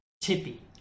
tippy